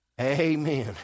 Amen